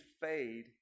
fade